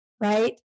Right